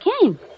came